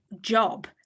job